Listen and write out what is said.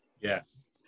Yes